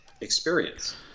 experience